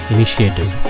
Initiative